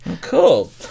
Cool